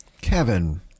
Kevin